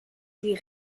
sie